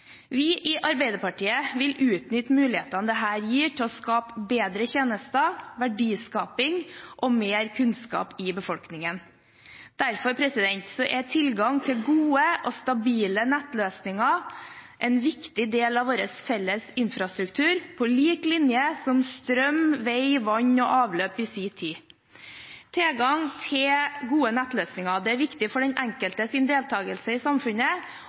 Vi i Arbeiderpartiet vil utnytte mulighetene dette gir til å skape bedre tjenester, verdiskaping og mer kunnskap i befolkningen. Derfor er tilgang til gode og stabile nettløsninger en viktig del av vår felles infrastruktur, på lik linje med det som strøm, vei, vann og avløp var i sin tid. Tilgang til gode nettløsninger er viktig for den enkeltes deltakelse i samfunnet